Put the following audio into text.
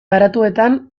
garatuetan